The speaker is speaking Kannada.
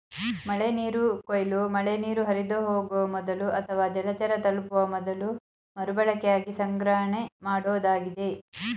ಮಳೆನೀರು ಕೊಯ್ಲು ಮಳೆನೀರು ಹರಿದುಹೋಗೊ ಮೊದಲು ಅಥವಾ ಜಲಚರ ತಲುಪುವ ಮೊದಲು ಮರುಬಳಕೆಗಾಗಿ ಸಂಗ್ರಹಣೆಮಾಡೋದಾಗಿದೆ